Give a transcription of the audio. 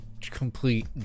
complete